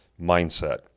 mindset